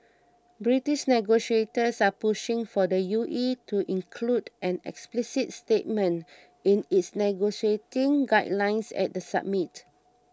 British negotiators are pushing for the U E to include an explicit statement in its negotiating guidelines at the summit